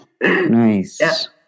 nice